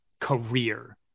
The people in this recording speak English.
career